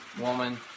woman